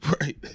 right